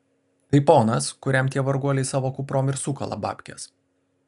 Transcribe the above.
tai ponas kuriam tie varguoliai savo kuprom ir sukala babkes